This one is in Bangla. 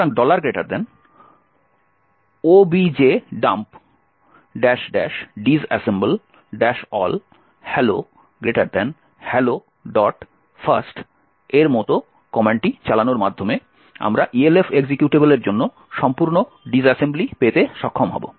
সুতরাং objdump disassemble all hello hellolst এর মতো কমান্ডটি চালানোর মাধ্যমে আমরা ELF এক্সিকিউটেবলের জন্য সম্পূর্ণ ডিস অ্যাসেম্বলি পেতে সক্ষম হব